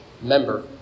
member